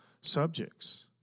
subjects